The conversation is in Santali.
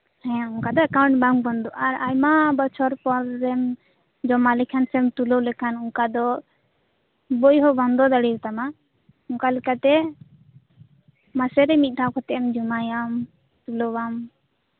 ᱦᱮᱸ ᱚᱱᱠᱟᱫᱚ ᱮᱠᱟᱩᱱᱴ ᱵᱟᱝ ᱵᱚᱱᱫᱚᱜᱼᱟ ᱟᱭᱢᱟ ᱵᱚᱪᱷᱚᱨ ᱯᱚᱨ ᱮᱢ ᱡᱚᱢᱟ ᱞᱮᱠᱷᱟᱱ ᱥᱮᱢ ᱛᱩᱞᱟᱹᱣ ᱞᱮᱠᱷᱟᱱ ᱚᱱᱠᱟ ᱫᱚ ᱵᱳᱭ ᱦᱚᱸ ᱵᱚᱱᱫᱚ ᱫᱟᱲᱮᱭᱟᱛᱟᱢᱟ ᱚᱱᱠᱟ ᱞᱮᱠᱟᱛᱮ ᱢᱟᱥᱮᱨᱮ ᱢᱤᱫᱫᱷᱟᱣ ᱠᱟᱛᱮᱢ ᱡᱚᱢᱟᱭᱟᱢ ᱛᱩᱞᱟᱹᱟᱢ